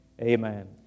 Amen